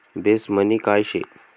Base money काय शे?